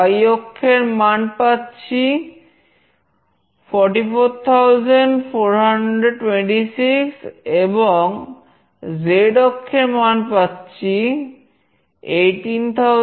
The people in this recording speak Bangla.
y অক্ষের মান হচ্ছে 44426 এবং z অক্ষের মান হচ্ছে 18628